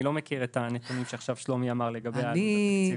אני לא מכיר את הנתונים שעכשיו שלומי אמר לגבי העלות התקציבית.